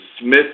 smith